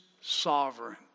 sovereign